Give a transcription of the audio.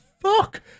fuck